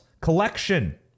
collection